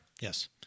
Yes